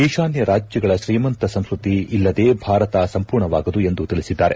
ಈಶಾನ್ಯ ರಾಜ್ಯಗಳ ಶ್ರೀಮಂತ ಸಂಸ್ಕತಿ ಇಲ್ಲದೇ ಭಾರತ ಸಂಪೂರ್ಣವಾಗದು ಎಂದು ತಿಳಿಸಿದ್ದಾರೆ